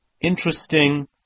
interesting